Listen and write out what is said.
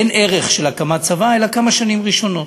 אין ערך של הקמת צבא אלא בכמה שנים הראשונות.